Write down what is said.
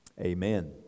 amen